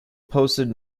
posted